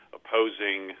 opposing